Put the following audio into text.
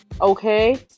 Okay